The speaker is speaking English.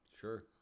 sure